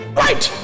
Wait